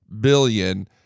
billion